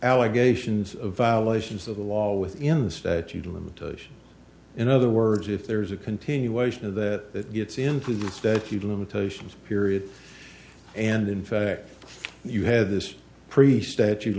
allegations of violations of the law within the statute of limitations in other words if there's a continuation of that gets into the state you limitations period and in fact you have this pre stat